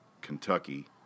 Kentucky